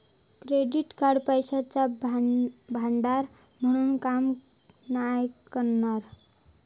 credit card पैशाचा भांडार म्हणून काम नाय करणा